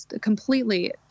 completely